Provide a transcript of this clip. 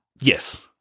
Yes